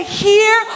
hear